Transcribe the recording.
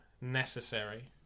necessary